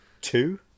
Two